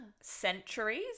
centuries